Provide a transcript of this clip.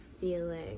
feeling